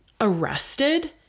arrested